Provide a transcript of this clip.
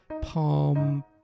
Palm